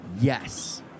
yes